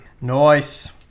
Nice